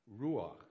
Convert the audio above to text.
Ruach